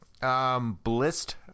Blist